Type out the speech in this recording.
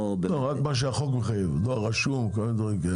רק מה שהחוק מחייב כמו דואר רשום ודברים כאלה.